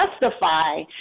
justify